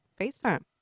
FaceTime